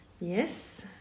yes